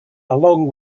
along